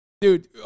Dude